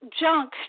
junk